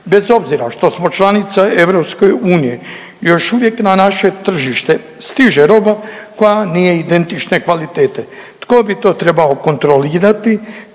Bez obzira što smo članica EU još uvijek na naše tržište stiže roba koja nije identične kvalitete. Tko bi to trebao kontrolirati?